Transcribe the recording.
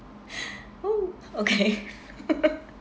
okay